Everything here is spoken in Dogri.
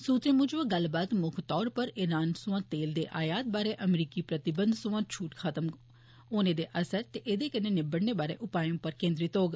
सूत्रे मुजब गल्लबात मुक्ख तौर उप्पर ईरान सोआं तेल दे आयात बारै अमरीकी प्रतिबंध सोआं छूट खत्म होने दे असर ते एदे कन्न्नै निब्बड़ने बारै उपाए उप्पर केंद्रित होग